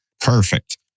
Perfect